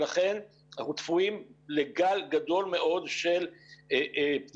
לכן אנחנו צפויים לגל גדול מאוד של פניות